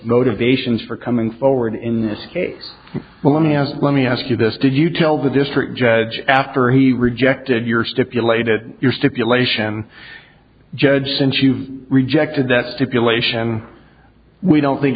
motivations for coming forward in this case but one has let me ask you this did you tell the district judge after he rejected your stipulated your stipulation judge since you've rejected that stipulation we don't think